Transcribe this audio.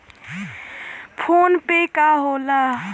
PhonePe का होला?